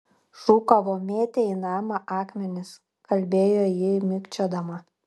šūkavo mėtė į namą akmenis kalbėjo ji mikčiodama